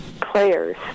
players